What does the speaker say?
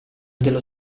dello